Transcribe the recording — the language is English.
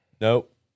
Nope